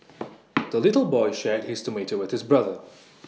the little boy shared his tomato with his brother